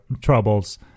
troubles